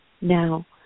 Now